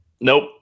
Nope